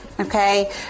Okay